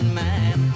man